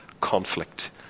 conflict